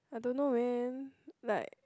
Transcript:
I don't know when like